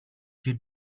you